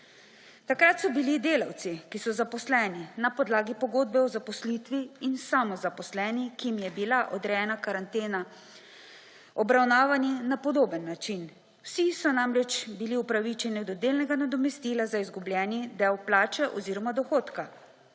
Takrat so bili delavci, ki so zaposleni na podlagi pogodbe o zaposlitvi in samozaposleni, ki jim je bila odrejena karantena obravnavano na podoben način. Vsi so namreč bili upravičeni do delnega nadomestila za izgubljeni del plače oziroma dohodka.